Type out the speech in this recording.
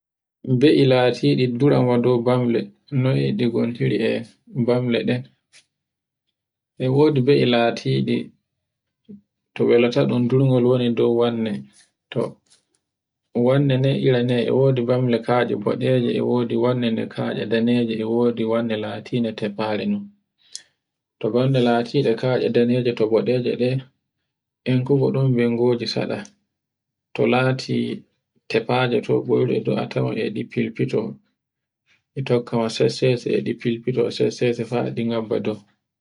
Be'I latiɗi durama dow bamle noy ɗi gontiri e bamle ɗen. E wodi be'I latiɗi to wela ta ɗun durgol woni dow wanne. To o wannina ira neye, e wodi wanne kaje boɗeje, e wodi wanne kaje daneje, e wodi wanne lateɗe tefare non. To bamle latiɗe kaje daneje to boɗeje ɗe enkube ɗo bengoje seɗa. to lati tefaje toggoru ndu a tawan e ɗe filfilto e tokka sesesese e ɗi filfito sesesese fa e ɗe bagga dow.